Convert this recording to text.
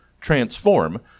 Transform